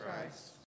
Christ